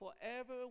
forever